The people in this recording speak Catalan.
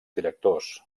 directors